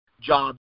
jobs